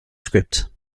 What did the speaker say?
script